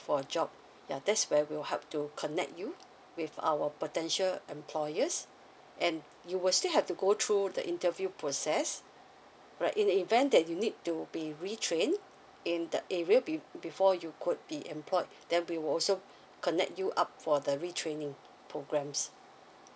for a job yeah that's where will help to connect you with our potential employers and you will still have to go through the interview process right in the event that you need to be re train in the area be~ before you could be employed then we were also connect you up for the retraining programs